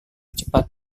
cepat